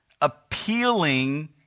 appealing